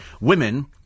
women